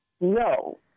no